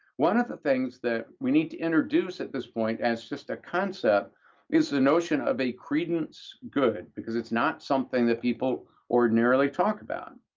one of the things that we need to introduce at this point as just a concept is the notion of a credence good because it's not something that people ordinarily talk about.